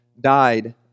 died